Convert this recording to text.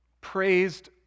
praised